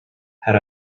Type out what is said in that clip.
had